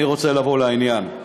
אני רוצה לעבור לעניין.